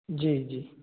जी जी